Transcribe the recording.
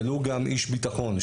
ולו גם איש ביטחון,